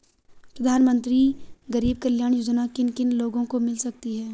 प्रधानमंत्री गरीब कल्याण योजना किन किन लोगों को मिल सकती है?